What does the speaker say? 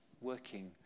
working